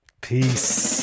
Peace